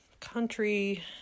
country